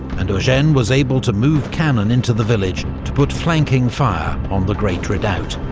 and eugene was able to move cannon into the village, to put flanking fire on the great redoubt.